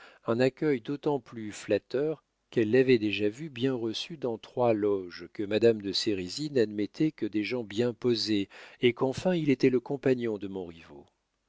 un accueil d'autant plus flatteur qu'elle l'avait déjà vu bien reçu dans trois loges que madame de sérizy n'admettait que des gens bien posés et qu'enfin il était le compagnon de montriveau